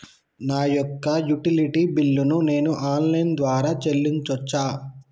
నా యొక్క utility bill ను నేను ఆన్ లైన్ ద్వారా చెల్లించొచ్చా?